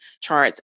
charts